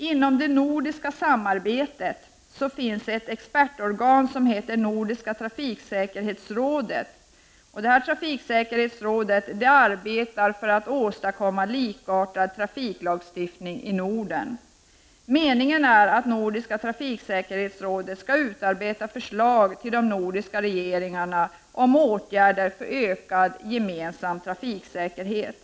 Inom det nordiska samarbetet finns ett expertorgan som heter Nordiska trafiksäkerhetsrådet, vilket bl.a. arbetar för att åstadkomma en likartad trafiklagstiftning i Norden. Meningen är att Nordiska trafiksäkerhetsrådet skall utarbeta förslag till de nordiska regeringarna om åtgärder för ökad gemensam trafiksäkerhet.